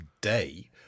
day